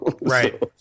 right